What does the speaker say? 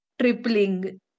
Tripling